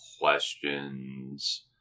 questions